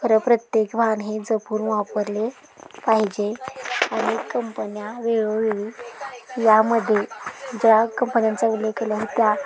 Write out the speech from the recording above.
खरं प्रत्येक वाहन हे जपून वापरले पाहिजे आणि कंपन्या वेळोवेळी यामध्ये ज्या कंपन्यांचा उलेख केला आहे त्या